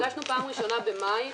נפגשנו פעם ראשונה במאי.